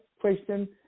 question